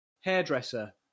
hairdresser